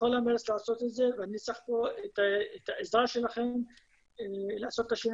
בכל המרץ לעשות את זה ואני צריך פה את העזרה שלכם לעשות את השינוי